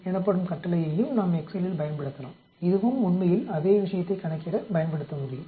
எனப்படும் கட்டளையையும் நாம் எக்செல்லில் பயன்படுத்தலாம் இதுவும் உண்மையில் அதே விஷயத்தை கணக்கிட பயன்படுத்த முடியும்